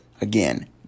again